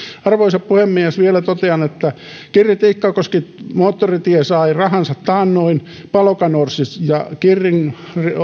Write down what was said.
arvoisa puhemies vielä totean että kirri tikkakoski moottoritie sai rahansa taannoin palokanorren ja kirrin